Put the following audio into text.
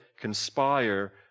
conspire